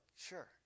sure